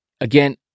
again